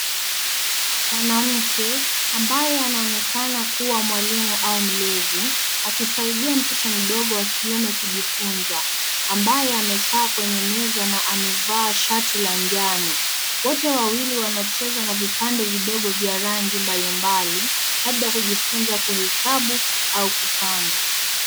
Mwanamke, ambaye anaonekana kuwa mwalimu au mlezi akisaidia mtoto mdogo wa kiume kujifunza ambaye amekaa kwenye meza na amevaa shati la njano. Wote wawili wanacheza na vipande vidogo vya rangi mbalimbali labda kujifunza kuhesabu au kupanga.